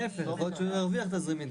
להפך, יכול להיות שהוא ירוויח תזרימית.